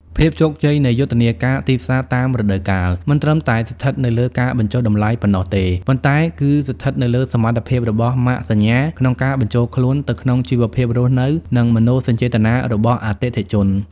ភាពជោគជ័យនៃយុទ្ធនាការទីផ្សារតាមរដូវកាល មិនត្រឹមតែស្ថិតនៅលើការបញ្ចុះតម្លៃប៉ុណ្ណោះទេ ប៉ុន្តែគឺស្ថិតនៅលើសមត្ថភាពរបស់ម៉ាកសញ្ញាក្នុងការបញ្ចូលខ្លួនទៅក្នុងជីវភាពរស់នៅ និងមនោសញ្ចេតនារបស់អតិថិជន។